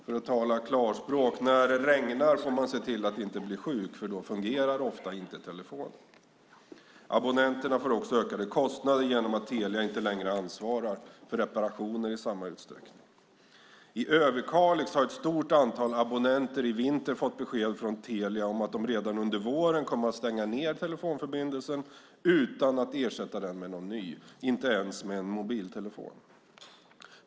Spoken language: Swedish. För att tala klarspråk: När det regnar får man se till att inte bli sjuk, för då fungerar ofta inte telefonen. Abonnenterna får också ökade kostnader genom att Telia inte längre ansvarar för reparationer i samma utsträckning. I Överkalix har ett stort antal abonnenter i vinter fått besked från Telia om att de redan under våren kommer att stänga ned telefonförbindelsen utan att ersätta den med någon ny - inte ens med en mobiltelefon.